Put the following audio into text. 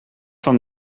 van